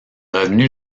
revenus